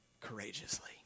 courageously